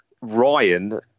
Ryan